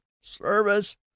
Service